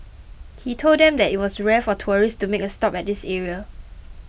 he told them that it was rare for tourists to make a stop at this area